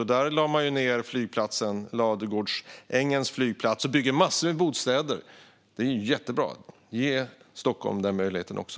I Örebro lade man ned flygplatsen vid Ladugårdsängen och byggde massor med bostäder, vilket är jättebra. Ge Stockholm den möjligheten också!